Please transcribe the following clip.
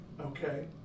Okay